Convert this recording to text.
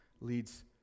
leads